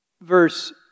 verse